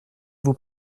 vous